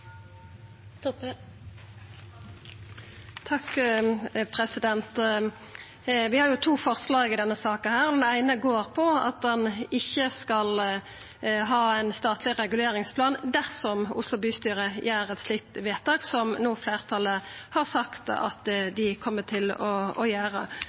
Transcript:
Vi har jo to forslag i denne saka. Det eine går ut på at ein ikkje skal ha ein statleg reguleringsplan dersom Oslo bystyre gjer eit slikt vedtak som fleirtalet no har sagt at dei kjem til å gjera.